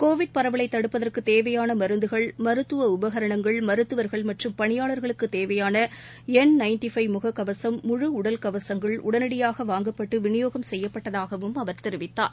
Covid பரவலைதடுப்பதற்குத் தேவையானமருந்துகள் மருத்துவஉபகரணங்கள் மருத்துவர்கள் மற்றும் பணியாளர்களுக்குத் தேவையானவன் முகக்கவசம் உடல் கவசங்கள் முழ உடனடியாகவாங்கப்பட்டுவிநியோகம் செய்யப்பட்டதாகவும் அவர் தெரிவித்துள்ளார்